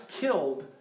killed